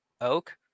oak